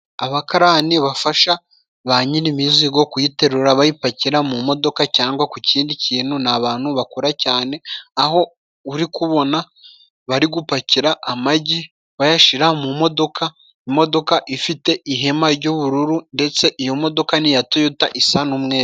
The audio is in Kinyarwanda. Abakarani bafasha ba nyirimizigo kuyiterura bayipakira mu modoka cyangwa ku kindi kintu ni abantu bakora cyane aho urikubona bari gupakira amagi bayashira mu modoka imodoka ifite ihema ry'ubururu ndetse iyo modoka ni iya toyota isa n'umweru.